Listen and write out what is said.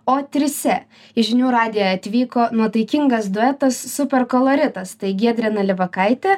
o trise į žinių radiją atvyko nuotaikingas duetas superkoloritas tai giedrė nalivakaitė